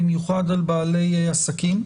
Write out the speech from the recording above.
במיוחד על בעלי עסקים.